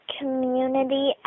community